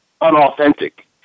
unauthentic